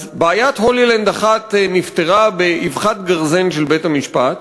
אז בעיית "הולילנד" אחת נפתרה באבחת גרזן של בית-המשפט,